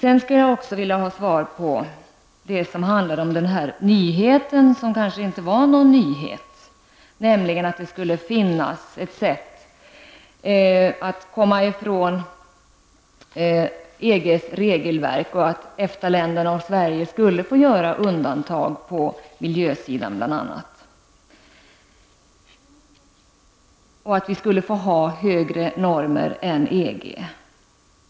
Jag skulle också vilja ha svar på det som handlade om nyheten, som kanske inte var någon nyhet, att det skulle finnas ett sätt att komma ifrån EGs regelverk, att EFTA-länderna och Sverige skulle få göra undantag bl.a. på miljösidan och att vi skulle få ha högre normer än EG.